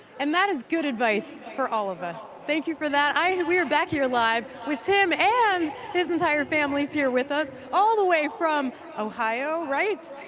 and that is good advice for all of us. thank you for that. i, we're back here live with tim and his entire family's here with us all the way from ohio, right?